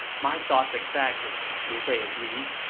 my thoughts exactly, liu bei agreed.